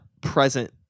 present